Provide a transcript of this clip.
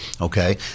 Okay